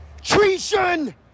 treason